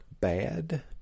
bad